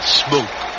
smoke